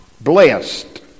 Blessed